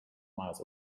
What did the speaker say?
miles